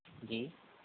जी